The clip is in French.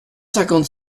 cinquante